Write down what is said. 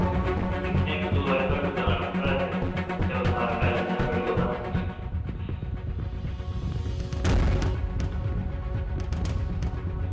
में दिक्खेआ इक दो बारी थुआढ़ी दुकान उप्पर अज्ज महां चलो बाल कटाई लैन्ने आं थुआढ़े कोला